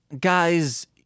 Guys